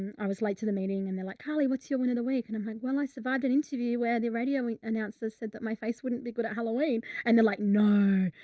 and i was late to the meeting and they're like, carly, what's your win of the week? and i'm like, well, i survived an interview where the radio, we announced this, said that my face wouldn't be good at halloween. and then like, no,